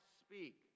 speak